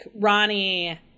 Ronnie